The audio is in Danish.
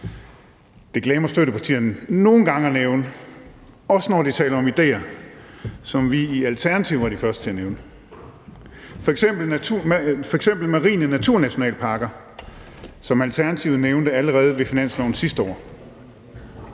Det glemmer støttepartierne nogle gange at nævne, også når de taler om idéer, som vi i Alternativet var de første til at nævne. Det gælder f.eks. marine naturnationalparker, som Alternativet nævnte allerede ved finansloven sidste år.